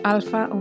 Alpha